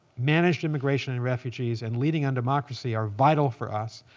managed immigration and refugees, and leading on democracy are vital for us.